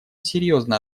серьезно